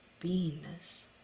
beingness